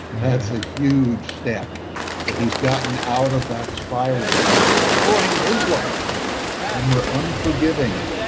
that's a huge step that he's gotten out of that spiral that's destroying his life when we're unforgiving,